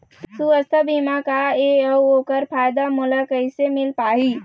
सुवास्थ बीमा का ए अउ ओकर फायदा मोला कैसे मिल पाही?